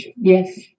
Yes